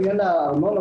לעניין הארנונה,